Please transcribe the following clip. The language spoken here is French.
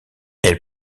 elle